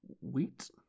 wheat